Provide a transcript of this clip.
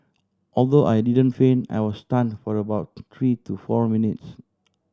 although I didn't faint I was stun for about three to four minutes